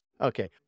Okay